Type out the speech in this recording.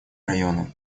района